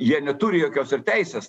jie neturi jokios ir teisės